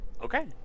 Okay